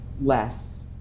less